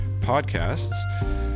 podcasts